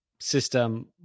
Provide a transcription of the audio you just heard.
system